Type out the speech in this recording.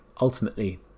ultimately